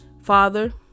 father